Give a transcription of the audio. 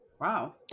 Wow